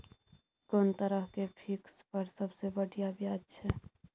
कोन तरह के फिक्स पर सबसे बढ़िया ब्याज छै?